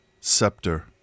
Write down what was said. scepter